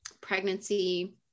pregnancy